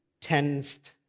tensed